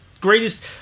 greatest